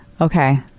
Okay